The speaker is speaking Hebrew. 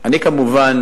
אני כמובן